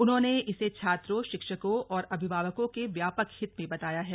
उन्होंने इसे छात्रों शिक्षकों और अभिभावकों के व्यापक हित में बताया है